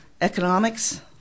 economics